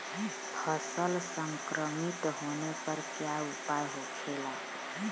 फसल संक्रमित होने पर क्या उपाय होखेला?